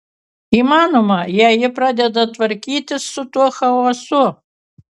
įmanoma jei ji pradeda tvarkytis su tuo chaosu